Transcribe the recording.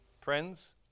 Friends